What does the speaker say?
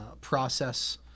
process